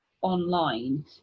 online